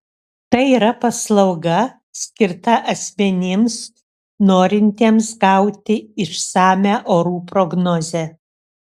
tai yra paslauga skirta asmenims norintiems gauti išsamią orų prognozę